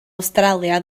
awstralia